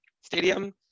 stadium